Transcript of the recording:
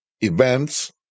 Events